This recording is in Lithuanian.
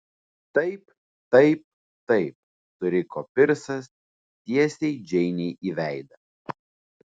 taip taip taip suriko pirsas tiesiai džeinei į veidą